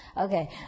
Okay